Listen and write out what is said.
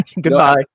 goodbye